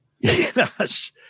Yes